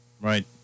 Right